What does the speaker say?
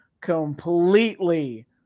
completely